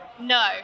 No